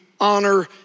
honor